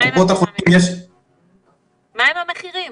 מהם המחירים?